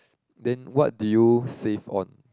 then what do you save on